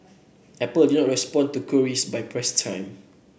apple did not respond to queries by press time